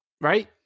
right